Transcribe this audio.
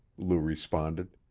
lou responded.